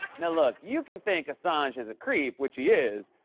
now look, you can think assange is a creep, which he is,